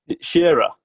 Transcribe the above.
Shearer